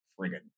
friggin